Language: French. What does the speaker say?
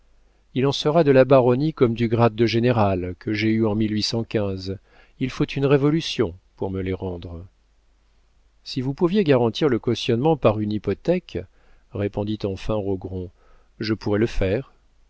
il en sera de la baronnie comme du grade de général que j'ai eu en il faut une révolution pour me les rendre si vous pouviez garantir le cautionnement par une hypothèque répondit enfin rogron je pourrais le faire